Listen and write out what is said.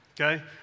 Okay